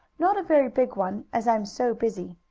not a very big one, as i am so busy.